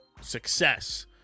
success